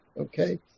Okay